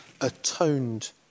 atoned